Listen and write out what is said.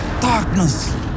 darkness